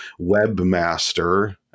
webmaster